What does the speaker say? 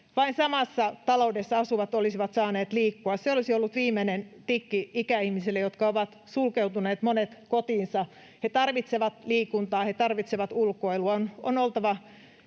vain samassa taloudessa asuvat olisivat saaneet liikkua. Se olisi ollut viimeinen tikki ikäihmisille, joista monet ovat sulkeutuneet kotiinsa. He tarvitsevat liikuntaa, he tarvitsevat ulkoilua. On oltava